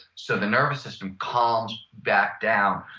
so the nervous system calms back down,